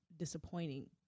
disappointing